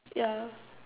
yeah